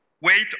Wait